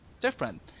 different